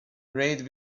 reid